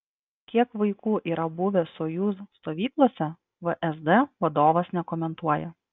kiek vaikų yra buvę sojuz stovyklose vsd vadovas nekomentuoja